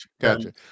gotcha